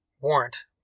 Warrant